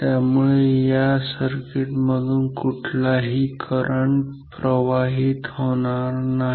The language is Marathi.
त्यामुळे या सर्किट मधून कुठलाही करंट प्रवाहित होणार नाही